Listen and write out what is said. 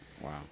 Wow